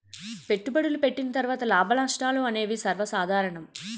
పెట్టుబడులు పెట్టిన తర్వాత లాభనష్టాలు అనేవి సర్వసాధారణం